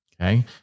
Okay